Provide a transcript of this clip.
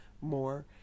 more